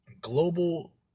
global